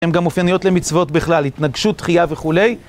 הן גם אופייניות למצוות בכלל, התנגשות, תחייה וכולי.